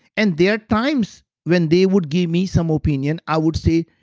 and there are times when they would give me some opinion, i would say,